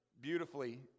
beautifully